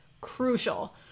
crucial